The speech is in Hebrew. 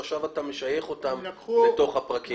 שעכשיו אתה משייך אותם לתוך הפרקים?